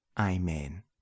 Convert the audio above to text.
Amen